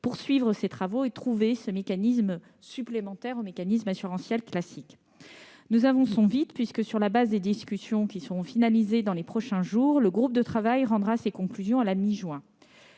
poursuivre les travaux et trouver ce mécanisme supplémentaire au mécanisme assurantiel classique. Nous avançons vite : sur la base des discussions qui seront finalisées dans les prochains jours, le groupe de travail rendra ses conclusions à la mi-juin.